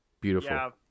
Beautiful